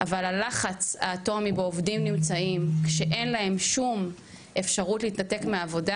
אבל הלחץ האטומי בו עובדים נמצאים כשאין להם שום אפשרות להתנתק מהעבודה,